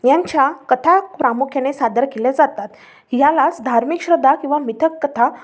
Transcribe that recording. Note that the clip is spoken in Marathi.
यांच्या कथा प्रामुख्याने सादर केल्या जातात यालाच धार्मिक श्रद्धा किंवा मिथक कथा